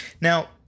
Now